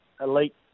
elite